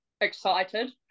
excited